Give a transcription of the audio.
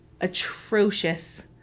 atrocious